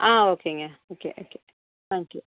ஆ ஓகேங்க okay okay thank you